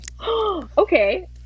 Okay